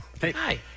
Hi